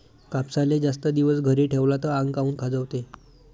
कापसाले जास्त दिवस घरी ठेवला त आंग काऊन खाजवते?